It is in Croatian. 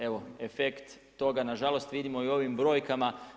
Evo efekt toga nažalost vidimo i u ovom brojkama.